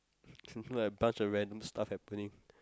like a bunch of random stuff happening